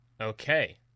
Okay